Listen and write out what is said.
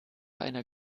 einer